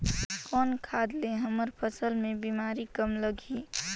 कौन खाद ले हमर फसल मे बीमारी कम लगही?